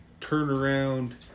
turnaround